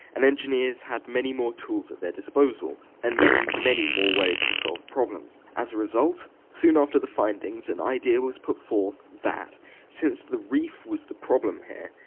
and engineers had many more tools at their disposal, and many, many more ways to solve problems. as a result, soon after the findings, an idea was put forth that since the reef was the problem here,